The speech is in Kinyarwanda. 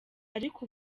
ariko